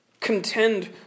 Contend